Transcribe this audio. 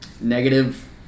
negative